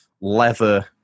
leather